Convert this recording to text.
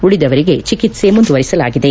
ಉಳಿದವರಿಗೆ ಚಿಕಿತ್ಸೆ ಮುಂದುವರಿಸಲಾಗಿದೆ